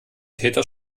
täter